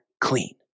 clean